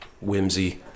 Whimsy